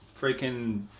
freaking